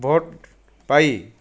vote ପାଇ